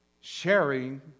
sharing